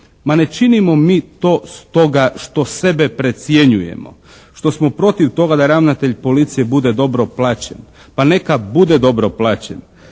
ma ne činimo mi to stoga što sebe precjenjujemo, što smo protiv toga da ravnatelj policije bude dobro plaćen. Pa neka bude dobro plaćen.